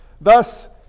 Thus